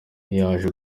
yaje